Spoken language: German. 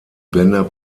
bänder